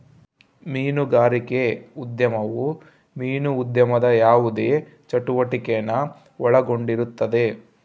ಮೀನುಗಾರಿಕೆ ಉದ್ಯಮವು ಮೀನು ಉದ್ಯಮದ ಯಾವುದೇ ಚಟುವಟಿಕೆನ ಒಳಗೊಂಡಿರುತ್ತದೆ